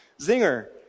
zinger